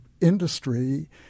industry